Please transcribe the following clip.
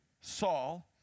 Saul